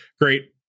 great